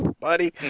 Buddy